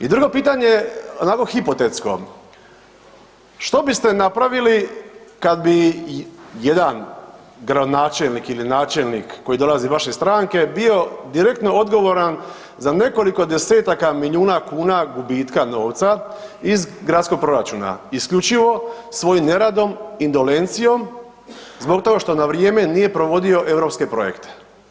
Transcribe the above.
I drugo pitanje onako hipotetsko, što biste napravili kad bi jedan gradonačelnik ili načelnik koji dolazi iz vaše stranke bio direktno odgovoran za nekoliko desetaka milijuna kuna gubitka novca iz gradskog proračuna, isključivo svojim neradom, indolencijom zbog toga što na vrijeme nije provodio europske projekte.